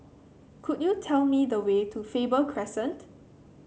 could you tell me the way to Faber Crescent